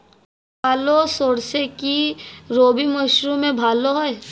কালো সরষে কি রবি মরশুমে ভালো হয়?